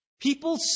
People